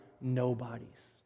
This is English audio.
nobodies